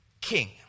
king